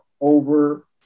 over